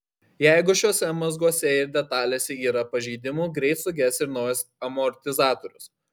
jeigu šiuose mazguose ir detalėse yra pažeidimų greit suges ir naujas amortizatorius